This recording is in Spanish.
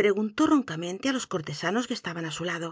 preguntó roncamente á los cortesanos que estaban á su lado